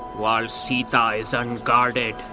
while sita is unguarded,